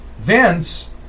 Vince